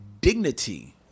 dignity